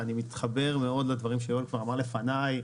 אני מתחבר מאוד לדברים שיואל אמר לפניי,